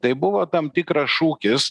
tai buvo tam tikras šūkis